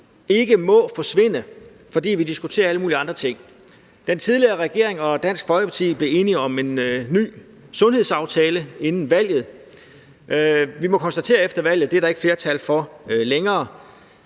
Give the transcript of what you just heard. ikke må forsvinde, fordi vi diskuterer alle mulige andre ting: Den tidligere regering og Dansk Folkeparti blev enige om en ny sundhedsaftale inden valget. Vi må konstatere efter valget, at det er der ikke flertal for længere.